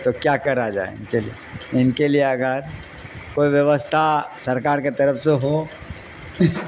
تو کیا کرا جائے ان کے لیے ان کے لیے اگر کوئی ووستھا سرکار کے طرف سے ہو